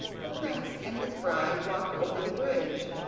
the prince and his bride walked over the bridge,